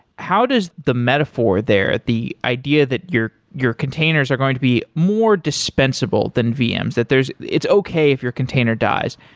how does the metaphor there, the idea that your your containers are going to be more dispensable than vms, that there's it's okay if your container dies.